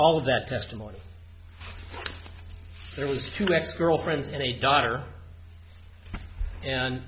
all of that testimony there was two ex girlfriends and a daughter and